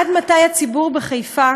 עד מתי הציבור בחיפה